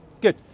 good